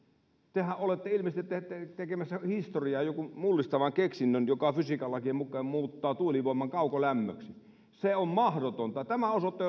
tehän olette ilmeisesti tekemässä historiaa jonkun mullistavan keksinnön joka fysiikan lakien mukaan muuttaa tuulivoiman kaukolämmöksi se on mahdotonta tämä osoittaa